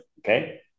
okay